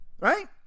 right